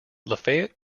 lafayette